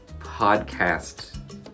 podcast